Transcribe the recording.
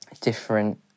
different